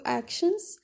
actions